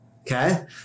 Okay